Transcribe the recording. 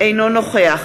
אינו נוכח